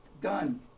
Done